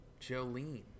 jolene